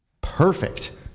perfect